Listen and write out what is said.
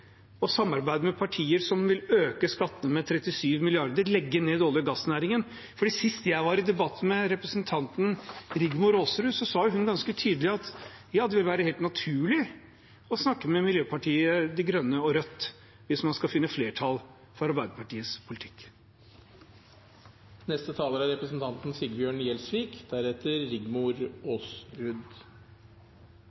med partier som vil øke skattene med 37 mrd. kr og legge ned olje- og gassnæringen? For sist jeg var i debatt med representanten Rigmor Aasrud, sa hun ganske tydelig at det ville være helt naturlig å snakke med Miljøpartiet De Grønne og Rødt hvis man skal finne flertall for Arbeiderpartiets